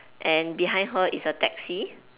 and behind her is a taxi